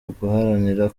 uguharanira